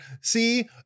see